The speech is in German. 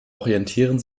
orientieren